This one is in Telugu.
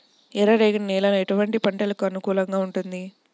ఎర్ర రేగడి నేల ఎటువంటి పంటలకు అనుకూలంగా ఉంటుంది?